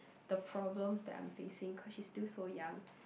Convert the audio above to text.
the problems that I'm facing because she's still so young